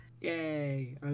Yay